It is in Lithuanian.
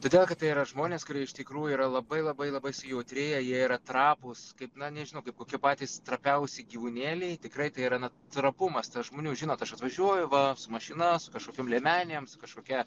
todėl kad tai yra žmonės kurie iš tikrųjų yra labai labai labai sujautrėję jie yra trapūs kaip na nežinau kaip kokie patys trapiausi gyvūnėliai tikrai tai yra na trapumas tas žmonių žinot aš atvažiuoju va mašina su kažkokiom liemenėm su kažkokia